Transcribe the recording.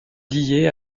lié